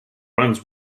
runs